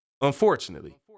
unfortunately